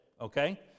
okay